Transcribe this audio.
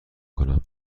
کنم